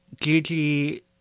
Gigi